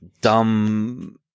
dumb